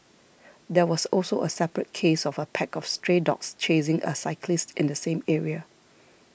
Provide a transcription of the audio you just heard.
there was also a separate case of a pack of stray dogs chasing a cyclist in the same area